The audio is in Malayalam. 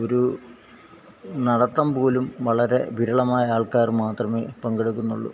ഒരു നടത്തം പോലും വളരെ വിരളമായ ആൾക്കാർ മാത്രമേ പങ്കെടുക്കുന്നുള്ളു